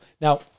Now